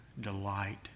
delight